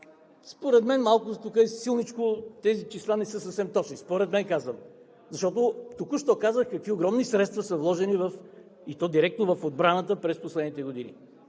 Според мен малко тук е силничко, тези числа не са съвсем точни. Според мен, казвам! Защото току-що казах какви огромни средства са вложени, и то директно в отбраната през последните години.